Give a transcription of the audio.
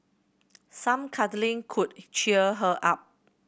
some cuddling could cheer her up